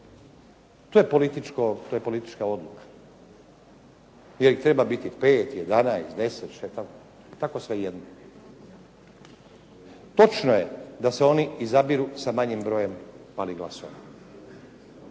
To je politička odluka, je li ih treba biti 5, 11, 10, tako svejedno. Točno je da se oni izabiru sa manjim brojem …/Govornik